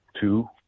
two